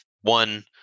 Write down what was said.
one